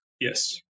Yes